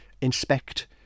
inspect